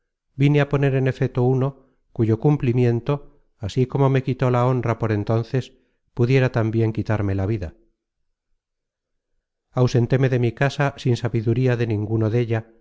vine a poner en efeto uno cuyo cumplimiento así como me quitó la honra por entonces pudiera tambien quitarme la vida ausentéme de mi casa sin sabiduría de ninguno della